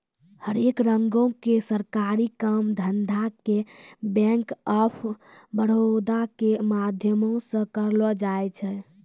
हरेक रंगो के सरकारी काम धंधा के बैंक आफ बड़ौदा के माध्यमो से करलो जाय छै